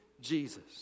Jesus